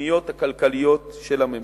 המדיניות הכלכליות של הממשלה.